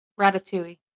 Ratatouille